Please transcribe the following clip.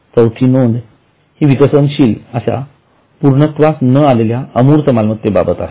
चौथी नोंद हि विकसनशील अश्या पूर्णत्वास न आलेल्या अमूर्त मालमत्तेबाबत आहे